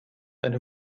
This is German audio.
eine